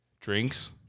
drinks